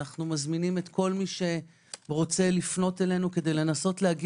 מזמינים את כל מי שרוצה לפנות אלינו כדי להגיע